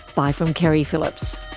bye from keri phillips